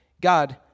God